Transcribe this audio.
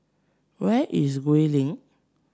where is Gul Link